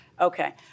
Okay